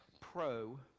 pro